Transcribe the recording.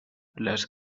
les